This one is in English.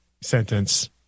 sentence